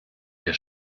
der